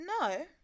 no